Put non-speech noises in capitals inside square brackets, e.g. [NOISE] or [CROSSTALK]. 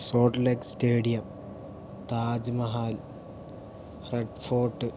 [UNINTELLIGIBLE] stadium Taj Mahal Red Fort